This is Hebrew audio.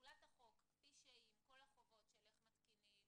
איך מתקינים,